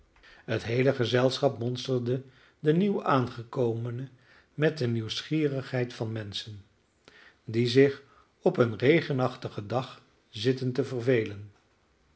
het geheele gezelschap monsterde den nieuw aangekomene met de nieuwsgierigheid van menschen die zich op een regenachtigen dag zitten te vervelen